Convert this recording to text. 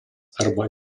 arba